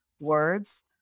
words